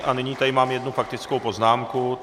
A nyní tady mám jednu faktickou poznámku.